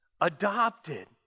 adopted